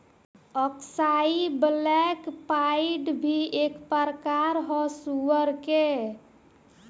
अक्साई black pied भी एक प्रकार ह सुअर के